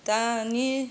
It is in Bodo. दानि